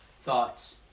thoughts